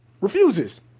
refuses